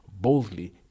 boldly